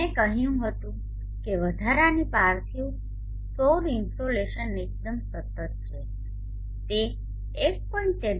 મેં કહ્યું હતું કે વધારાની પાર્થિવ સૌર ઇન્સોલેશન એકદમ સતત છે તે 1